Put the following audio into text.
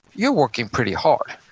you're working pretty hard,